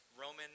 Roman